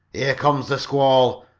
here comes the squall!